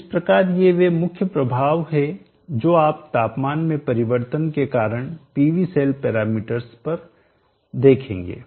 इस प्रकार ये वे मुख्य प्रभाव हे जो आप तापमान में परिवर्तन के कारण पीवी सेल पैरामीटर्स पर देखेंगे